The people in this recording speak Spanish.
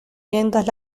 mientras